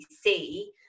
see